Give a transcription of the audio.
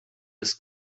ist